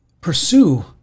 pursue